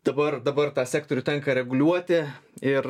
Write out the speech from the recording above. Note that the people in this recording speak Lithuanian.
dabar dabar tą sektorių tenka reguliuoti ir